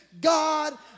God